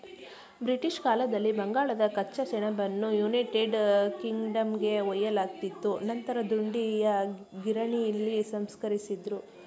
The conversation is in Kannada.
ಬ್ರಿಟಿಷ್ ಕಾಲದಲ್ಲಿ ಬಂಗಾಳದ ಕಚ್ಚಾ ಸೆಣಬನ್ನು ಯುನೈಟೆಡ್ ಕಿಂಗ್ಡಮ್ಗೆ ಒಯ್ಯಲಾಗ್ತಿತ್ತು ನಂತರ ದುಂಡೀಯ ಗಿರಣಿಲಿ ಸಂಸ್ಕರಿಸಿದ್ರು